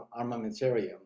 armamentarium